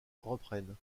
reprennent